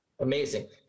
amazing